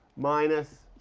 minus